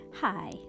Hi